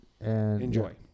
Enjoy